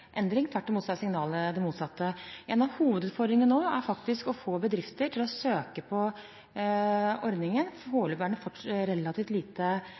endring – tvert imot er signalet det motsatte. En av hovedutfordringene nå er faktisk å få bedrifter til å søke på ordningen. Foreløpig er den relativt lite